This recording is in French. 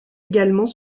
également